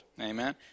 amen